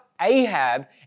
Ahab